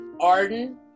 arden